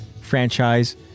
franchise